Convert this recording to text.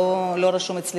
זה לא רשום אצלי